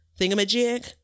thingamajig